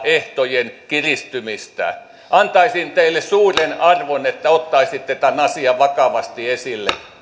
ehtojen kiristymistä antaisin teille suuren arvon jos ottaisitte tämän asian vakavasti esille